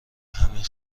همین